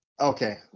okay